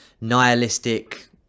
nihilistic